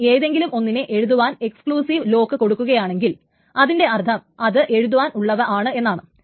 ഇനി ഏതെങ്കിലും ഒന്നിനെ എഴുതുവാൻ വേണ്ടി എക്സ്ക്ലൂസീവ് ലോക്ക് കൊടുക്കുകയാണെങ്കിൽ അതിന്റെ അർത്ഥം അത് എഴുതുവാൻ ഉള്ളവയാണ് എന്നാണ്